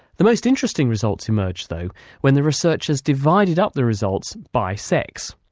the most interesting results emerged though when the researchers divided up the results by sex.